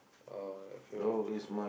uh favourite is a